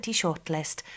shortlist